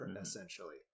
essentially